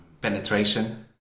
penetration